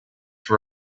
for